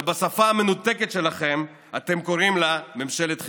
שבשפה המנותקת שלכם אתם קוראים לה "ממשלת חירום".